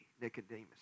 Nicodemus